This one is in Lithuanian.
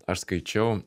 aš skaičiau